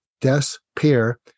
despair